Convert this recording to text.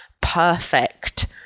perfect